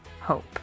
Hope